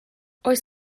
oes